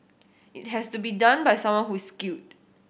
it has to be done by someone who's skilled